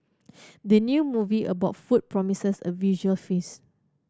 the new movie about food promises a visual feast